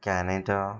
Canada